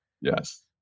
Yes